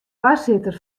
foarsitter